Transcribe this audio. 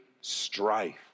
strife